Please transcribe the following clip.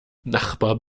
nachbar